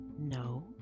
No